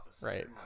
right